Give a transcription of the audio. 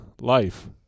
life